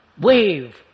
wave